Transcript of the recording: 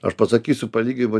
aš pasakysiu palyginimui